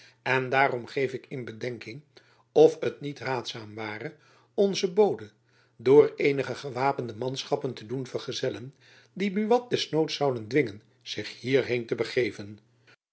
en daarom geef ik in bedenking of jacob van lennep elizabeth musch het niet raadzaam ware onzen bode door eenige gewapende manschappen te doen vergezellen die buat des noods zouden dwingen zich hierheen te begeven